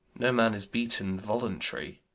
no man is beaten voluntary.